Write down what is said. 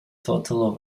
total